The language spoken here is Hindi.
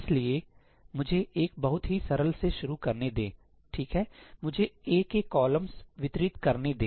इसलिए मुझे एक बहुत ही सरल से शुरू करने देंठीक है मुझे ए के कॉलम वितरित करने दें